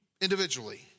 individually